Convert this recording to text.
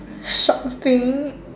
shopping